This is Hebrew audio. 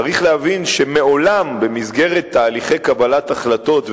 צריך להבין שמעולם במסגרת תהליכי קבלת החלטות,